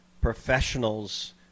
professionals